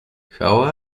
how